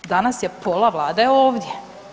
Danas je pola Vlade ovdje.